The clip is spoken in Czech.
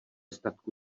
statku